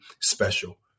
special